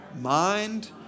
mind